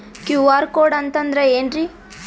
QR code ಅಂತಂದ್ರ ಏನ್ರೀ?